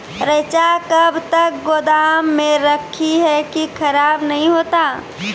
रईचा कब तक गोदाम मे रखी है की खराब नहीं होता?